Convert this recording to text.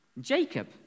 Jacob